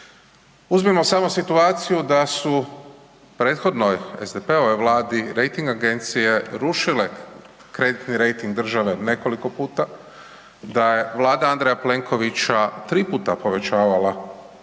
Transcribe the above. Uzmimo samo situaciju da su prethodno SDP-ovoj Vladi rejting agencije rušile kreditni rejting države nekoliko puta, da je Vlada A. Plenkovića tri puta povećavala